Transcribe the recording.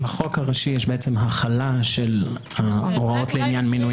בחוק הראשי יש החלה של ההוראות לעניין מינוי